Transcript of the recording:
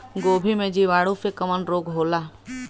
गोभी में जीवाणु से कवन रोग होला?